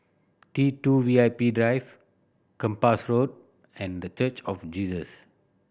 T Two V I P Drive Kempas Road and The Church of Jesus